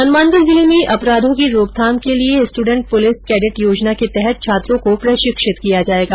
हनुमानगढ जिले में अपराधों की रोकथाम के लिये स्टूडेंट पुलिस कैडेट योजना के तहत छात्रों को प्रशिक्षित किया जायेगा